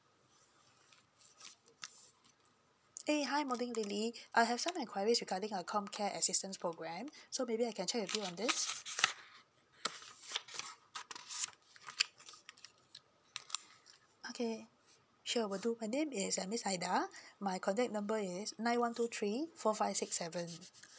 eh hi morning lily I have some enquiries regarding our comcare assistance program so maybe I can check with you on this okay sure will do and then name is miss aida my contact number is nine one two three four five six seven